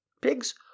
Pigs